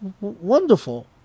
wonderful